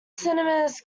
cinemas